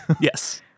Yes